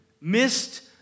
missed